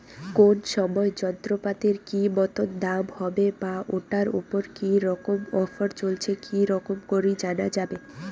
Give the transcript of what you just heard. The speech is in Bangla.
কোন সময় যন্ত্রপাতির কি মতন দাম হবে বা ঐটার উপর কি রকম অফার চলছে কি রকম করি জানা যাবে?